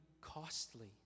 costly